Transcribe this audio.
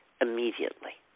immediately